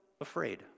afraid